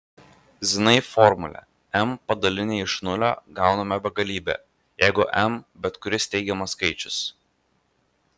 zinai formulę m padalinę iš nulio gauname begalybę jeigu m bet kuris teigiamas skaičius